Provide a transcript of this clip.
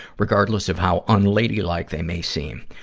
regardless of how unladylike they may seem.